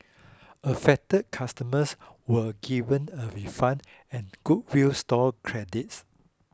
affected customers were given a refund and goodwill store credits